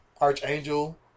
Archangel